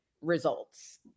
results